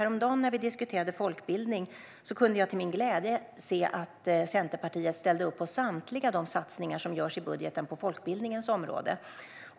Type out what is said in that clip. Häromdagen när vi diskuterade folkbildning kunde jag till min glädje se att Centerpartiet ställde upp på samtliga de satsningar som görs i budgeten på folkbildningens område.